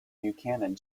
buchanan